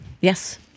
Yes